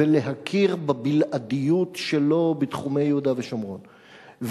ולהכיר בבלעדיות שלו בתחומי יהודה ושומרון,